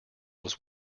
was